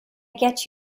get